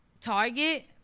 target